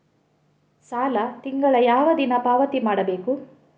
ಸಾಲ ತಿಂಗಳ ಯಾವ ದಿನ ಪಾವತಿ ಮಾಡಬೇಕು?